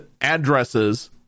addresses